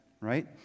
right